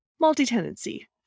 multi-tenancy